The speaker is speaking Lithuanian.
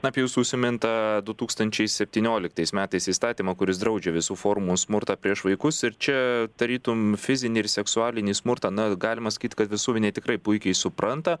apie jūsų užsimintą du tūkstančiai septynioliktais metais įstatymą kuris draudžia visų formų smurtą prieš vaikus ir čia tarytum fizinį ir seksualinį smurtą na galima sakyt kad visuomenė tikrai puikiai supranta